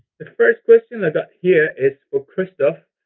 the first question i've got here is for christoph.